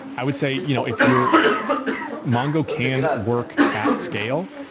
i would say you know if your mongo can work at scale,